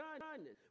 kindness